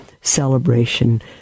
celebration